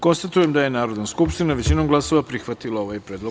Konstatujem da je Narodna skupština većinom glasova prihvatila ovaj predlog.